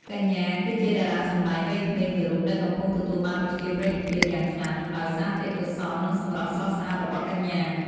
កញ្ញាគឺជាតារាសម្តែងវ័យក្មេងមួយរូបដែលកំពុងទទួលបានប្រជាប្រិយភាពយ៉ាងខ្លាំង ដោយសារទេពកោសល្យ និងសម្រស់ស្រស់ស្អាតរបស់កញ្ញា។